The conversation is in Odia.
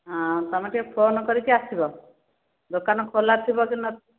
ହଁ ତୁମେ ଟିକେ ଫୋନ୍ କରିକି ଆସିବ ଦୋକାନ ଖୋଲା ଥିବ କି ନ